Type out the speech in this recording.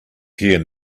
here